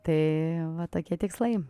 tai va tokie tikslai